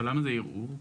אבל למה זה ערעור?